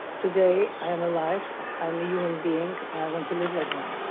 today i am alive, i'm a human being, and i want to live like one.